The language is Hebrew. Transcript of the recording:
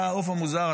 אתה העוף המוזר,